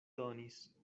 donis